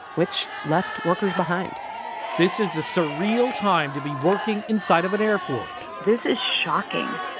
which left workers behind this is a surreal time to be working inside of an airport this is shocking,